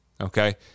Okay